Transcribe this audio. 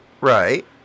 Right